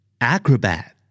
Acrobat